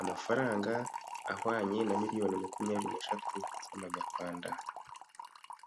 amafaranga ahwanye na miliyoni makumyabiri n'eshatu z'amanyarwanda.